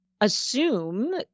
assume